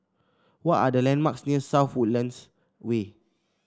what are the landmarks near South Woodlands Way